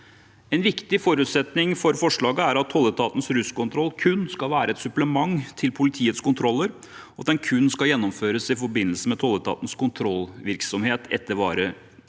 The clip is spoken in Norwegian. En viktig forutsetning for forslaget er at tolletatens ruskontroll kun skal være et supplement til politiets kontroller, og at den kun skal gjennomføres i forbindelse med tolletatens kontrollvirksomhet etter vareførselsloven.